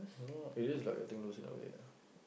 no it is like I think lose that way ah